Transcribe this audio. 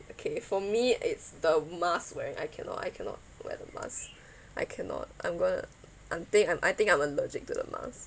okay for me it's the mask wearing I cannot I cannot wear the mask I cannot I'm gonna I think I think I'm allergic to the mask